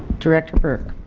director burke